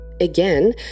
Again